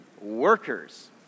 workers